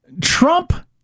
Trump